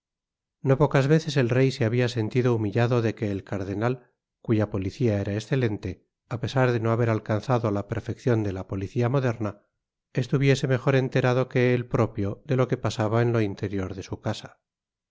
no pocas veces el rey se habia sentido humillado de que el cardenal cuya policia era escelente á pesar de no haber alcanzado á la perfeccion de la policia moderna estuviese mejor enterado que él propio de lo que pasaba en lo interior de su casa